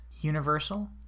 Universal